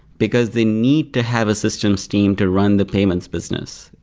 because they need to have a system steam to run the payments business.